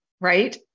right